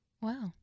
Wow